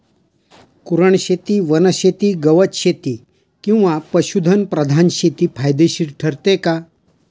कुरणशेती, वनशेती, गवतशेती किंवा पशुधन प्रधान शेती फायदेशीर ठरते का?